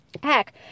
heck